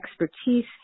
expertise